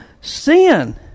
sin